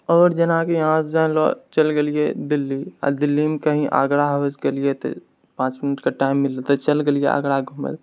आओर जेनाकी अहाँ जानि लऽ अहाँ चलि गेलियै दिल्ली आओर दिल्लीमे कहीं आगरा घुसि गेलियै तऽ पाँच मिनटके टाइम मिललै तऽ चलि गेलियै आगरा घुमैला